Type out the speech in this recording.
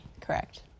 Correct